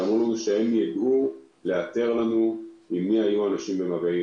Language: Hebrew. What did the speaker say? ואמרו לנו שהן ידעו לאתר לנו עם מי היו האנשים במגעים.